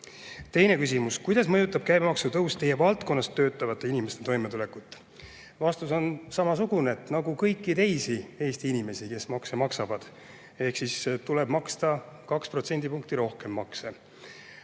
teisi. Teine küsimus. Kuidas mõjutab käibemaksu tõus teie valdkonnas töötavate inimeste toimetulekut? Vastus on samasugune: nagu kõiki teisi Eesti inimesi, kes makse maksavad. Ehk siis tuleb maksta 2 protsendipunkti rohkem makse.